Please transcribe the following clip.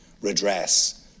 redress